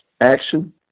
action